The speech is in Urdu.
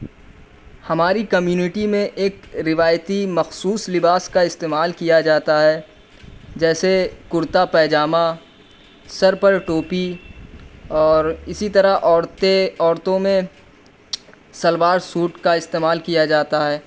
ہماری کمیونیٹی میں ايک روايتى مخصوص لباس کا استعمال كيا جاتا ہے جیسے کرتا پیجامہ سر پر ٹوپی اور اسی طرح عورتیں عورتوں میں شلوار سوٹ کا استعمال کیا جاتا ہے